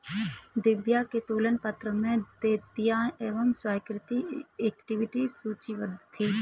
दिव्या के तुलन पत्र में देयताएं एवं स्वाधिकृत इक्विटी सूचीबद्ध थी